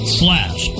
slash